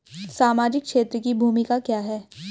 सामाजिक क्षेत्र की भूमिका क्या है?